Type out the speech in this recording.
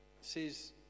says